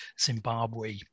Zimbabwe